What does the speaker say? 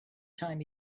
time